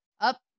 up